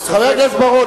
חבר הכנסת בר-און,